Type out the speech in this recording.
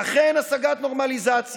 ואכן, השגת נורמליזציה,